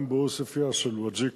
גם בעוספיא, של וג'יה